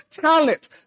talent